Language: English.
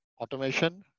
Automation